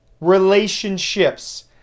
Relationships